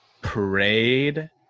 parade